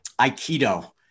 Aikido